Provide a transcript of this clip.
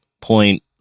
point